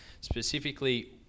specifically